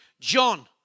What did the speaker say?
John